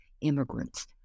immigrants